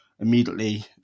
immediately